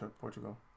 Portugal